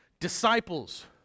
disciples